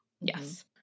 Yes